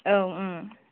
औ